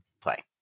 play